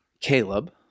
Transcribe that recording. caleb